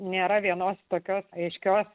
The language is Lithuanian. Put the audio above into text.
nėra vienos tokios aiškios